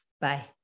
Bye